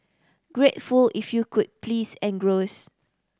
grateful if you could please engross